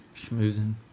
Schmoozing